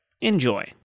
Enjoy